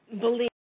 believe